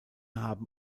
haben